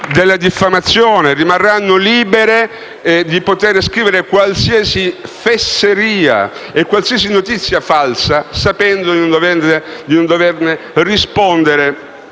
sulla diffamazione, che rimarranno libere di scrivere qualsiasi fesseria e falsa notizia, sapendo di non doverne rispondere